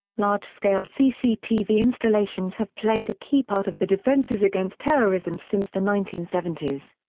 large-scale cctv installations have played a key part of the defences against terrorism since the nineteen seventy s.